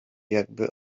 jakby